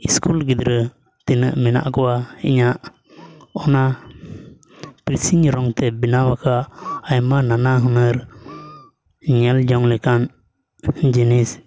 school ᱜᱤᱫᱽᱨᱟᱹ ᱛᱤᱱᱟᱹᱜ ᱢᱮᱱᱟᱜ ᱠᱚᱣᱟ ᱤᱧᱟᱹᱜ ᱚᱱᱟ ᱯᱮᱱᱥᱤᱞ ᱨᱚᱝᱛᱮ ᱵᱮᱱᱟᱣ ᱟᱠᱟᱫ ᱟᱭᱢᱟ ᱱᱟᱱᱟ ᱦᱩᱱᱟᱹᱨ ᱧᱮᱞ ᱡᱚᱝ ᱞᱮᱠᱟᱱ ᱡᱤᱱᱤᱥ